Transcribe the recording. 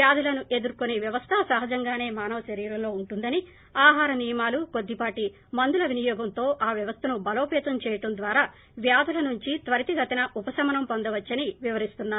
వ్యాధులను ఎదుర్కొనే వ్యవస్ల సహజంగానే మానవ శరీరంలో ఉంటుందని ఆహార నియమాలు కొద్దిపాటు మందుల వినియోగంతో ఆ వ్యవస్లను బలోపతం చేయడం ద్వారా వ్యాధుల నుంచి త్వరితగతిన ఉపశమనం పొందవచ్చని వివరిస్తున్నారు